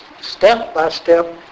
step-by-step